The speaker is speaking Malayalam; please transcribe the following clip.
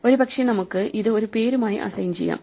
ഒരുപക്ഷേ നമുക്ക് ഇത് ഒരു പേരുമായി അസൈൻ ചെയ്യാം